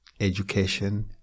education